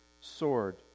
sword